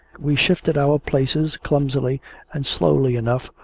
we shifted our places, clumsily and slowly enough,